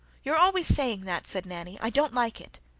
you're always saying that, said nanny. i don't like it.